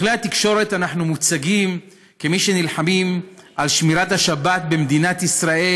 בכלי התקשורת אנחנו מוצגים כמי שנלחמים על שמירת השבת במדינת ישראל,